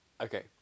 Okay